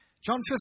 John